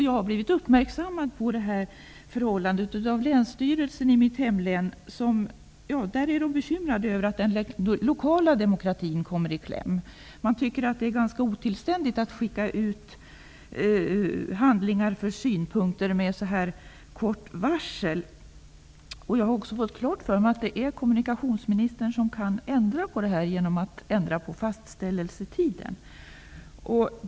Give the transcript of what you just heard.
Jag har blivit uppmärksammad på det här förhållandet av länsstyrelsen i mitt hemlän. Där är man bekymrad över att den lokala demokratin kommer i kläm. Man tycker att det är ganska otillständigt att skicka ut handlingar för synpunkter med så här kort varsel. Jag har också fått klart för mig att det är kommunikationsministern som kan ändra på detta genom att ändra på fastställelsetidpunkten.